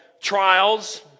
trials